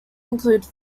include